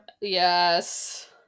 yes